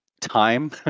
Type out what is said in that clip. time